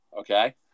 okay